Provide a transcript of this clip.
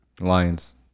Lions